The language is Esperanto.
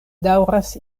daŭras